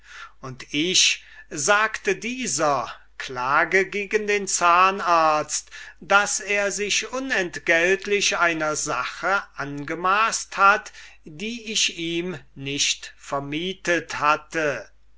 und ich sagte dieser klage gegen den zahnarzt daß er sich ohnentgeltlich einer sache angemaßt hat die ich ihm nicht vermietet hatte